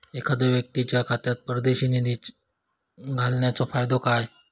एखादो व्यक्तीच्या खात्यात परदेशात निधी घालन्याचो फायदो काय?